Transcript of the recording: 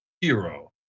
hero